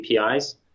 APIs